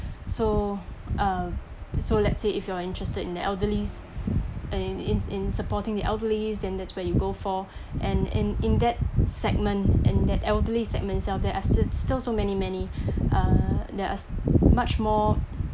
so uh so let's say if you're interested in the elderlies in in in supporting the elderlies then that's where you go for and in in that segment and that elderly segments itself there are still so many many uh there are much more